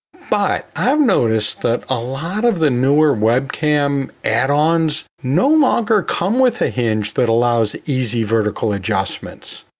but i've noticed that a lot of the newer webcam add-ons no longer come with a hinge that allows easy vertical adjustments.